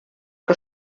que